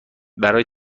برای